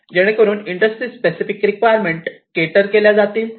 जेणे करून industry specific requirement cater केल्या जातील